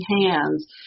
hands